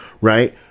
right